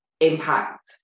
impact